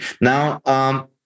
Now